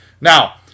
Now